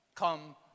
Come